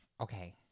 Okay